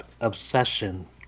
obsession